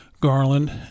Garland